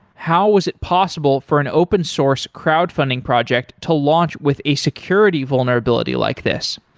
how was it possible for an open source, crowd funding project to launch with a security vulnerability like this?